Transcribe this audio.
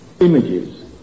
images